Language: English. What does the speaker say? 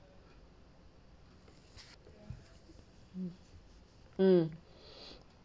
mm mm